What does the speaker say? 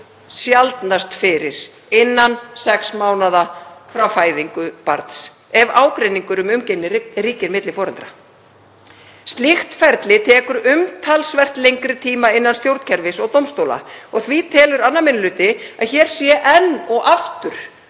sjaldnast fyrir innan sex mánaða frá fæðingu barns ef ágreiningur um umgengni ríkir milli foreldra. Slíkt ferli tekur umtalsvert lengri tíma innan stjórnkerfis og dómstóla og því telur 2. minni hluti að hér sé enn og aftur